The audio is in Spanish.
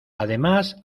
además